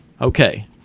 Okay